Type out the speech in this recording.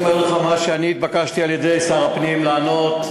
אני אומר לך מה שאני התבקשתי על-ידי שר הפנים לענות.